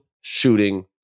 shooting